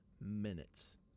minutes